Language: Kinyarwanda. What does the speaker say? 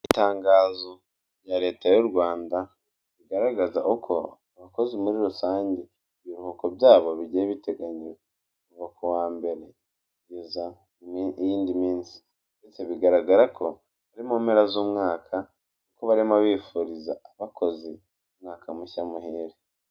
Itangazo rya leta y'u Rwanda rigaragaza uko abakozi muri rusange ibiruhuko byabo bigiye biteganyijwe, kuva ku wa mbere kugeza ku y'indi minsi ndetse bigaragara ko bari mu mpera z'umwaka ko barimo bifuriza abakozi umwaka mushya muhire.